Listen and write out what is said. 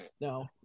no